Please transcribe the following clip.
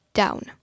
down